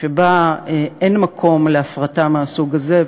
שבה אין מקום להפרטה מהסוג הזה,